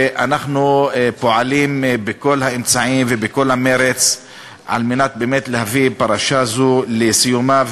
אנחנו פועלים בכל האמצעים ובכל המרץ על מנת להביא באמת פרשה זו לסיומה,